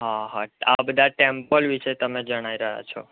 હા હા આ બધા ટેમ્પલ વિશે તમે જણાવી રહ્યા છો